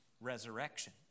Resurrection